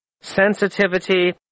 sensitivity